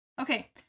Okay